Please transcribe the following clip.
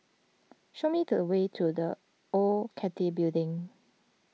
show me the way to the Old Cathay Building